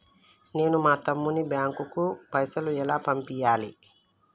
నేను మా తమ్ముని బ్యాంకుకు పైసలు ఎలా పంపియ్యాలి?